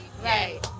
Right